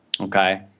okay